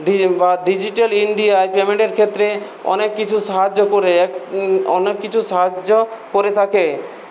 দিন বা ডিজিটাল ইন্ডিয়ায় পেমেন্টের ক্ষেত্রে অনেক কিছু সাহায্য করে এক অনেক কিছু সাহায্য করে থাকে